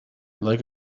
like